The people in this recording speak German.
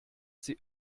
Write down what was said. sie